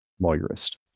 Lawyerist